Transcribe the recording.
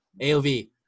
AOV